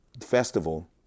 festival